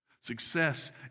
Success